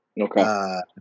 Okay